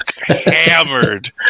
hammered